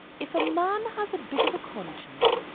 if a man has a bit of a conscience,